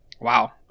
wow